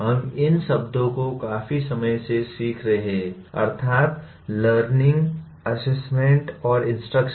हम इन शब्दों को काफी समय से सीख रहे हैं अर्थात् लर्निंग असेसमेंट और इंस्ट्रक्शन